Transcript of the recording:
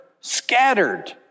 scattered